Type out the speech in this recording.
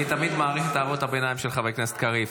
אני תמיד מעריך את הערות הביניים של חבר הכנסת קריב.